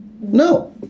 No